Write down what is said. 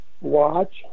watch